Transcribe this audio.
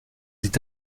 sieht